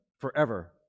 forever